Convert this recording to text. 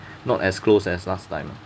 not as close as last time